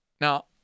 Now